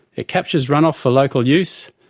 it captures runoff for local use,